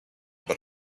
but